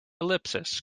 ellipses